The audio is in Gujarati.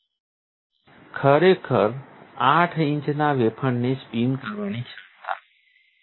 તેમાં ખરેખર 8 ઇંચના વેફરને સ્પિન કરવાની ક્ષમતા છે